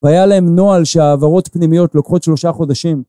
והיה להם נוהל שהעברות פנימיות לוקחות שלושה חודשים.